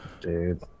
dude